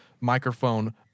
microphone